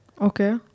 okay